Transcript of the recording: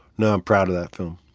no. i'm proud of that film,